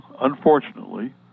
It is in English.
unfortunately